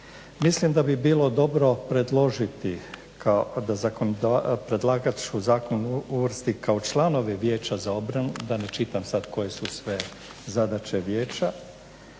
Mislim da bi bilo dobro predložiti da zakonodavac, da predlagač u zakonu uvrsti kao članove vijeća za obranu, da ne čitam sad koje su sve zadaće vijeća